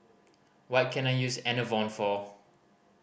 what can I use Enervon for